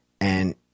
And-